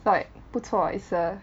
like 不错 is a